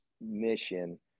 mission